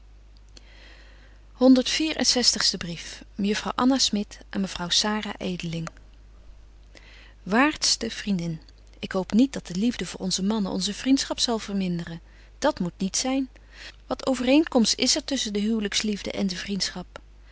zestigste brief mejuffrouw anna smit aan mevrouw sara edeling waartste vriendin ik hoop niet dat de liefde voor onze mannen onze vriendschap zal verminderen dat moet niet zyn wat overeenkomst is er tusschen de huwlyksliefde en de vriendschap